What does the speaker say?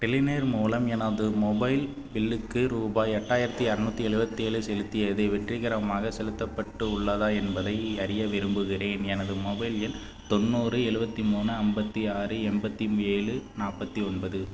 Telenor மூலம் எனது mobile பில்லுக்கு ரூபாய் எட்டாயிரத்து இரநூத்தி எழுவத்தி ஏழு செலுத்தியதை வெற்றிகரமாக செலுத்தப்பட்டு உள்ளதா என்பதை அறிய விரும்புகிறேன் எனது மொபைல் எண் தொண்ணூறு எழுவத்தி மூணு ஐம்பத்தி ஆறு எண்பத்தி ஏழு நாற்பத்தி ஒன்பது